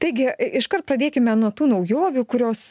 taigi iškart pradėkime nuo tų naujovių kurios